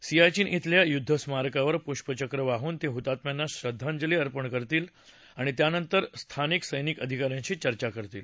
सियाचीन श्रेल्या युद्धस्मारकावर पुष्पचक्र वाहून ते हुतात्म्यांना श्रद्वांजली अर्पण करतील आणि त्यानंतर स्थानिक सैनिक अधिकाऱ्यांशी चर्चा करतील